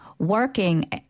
Working